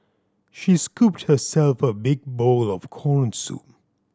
she scooped herself a big bowl of corn soup